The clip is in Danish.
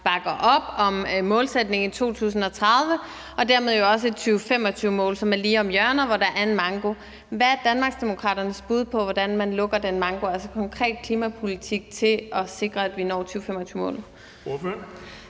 bakker op om målsætningen i 2030 og dermed jo også om et 2025-mål, som er lige om hjørnet, og hvor der er en manko. Hvad er Danmarksdemokraternes bud på, hvordan man lukker den manko? Altså, hvad er deres konkrete klimapolitik til at sikre, at vi når 2025-målet?